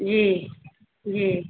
जी जी